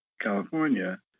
California